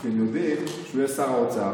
כי הם יודעים שהוא יהיה שר האוצר,